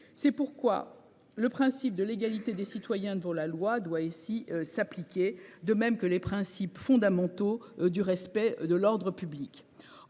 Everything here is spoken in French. C’est pourquoi le principe d’égalité des citoyens devant la loi doit s’appliquer, de même que les principes fondamentaux relatifs au respect de l’ordre public.